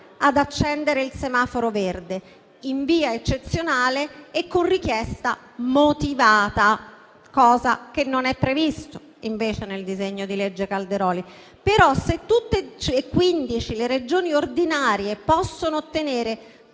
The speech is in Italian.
ad accendere il verde del semaforo. In via eccezionale, e con una richiesta motivata», cosa che non è prevista, invece, nel disegno di legge Calderoli. «Però se tutte e quindi le Regioni ordinarie possono ottenere tutte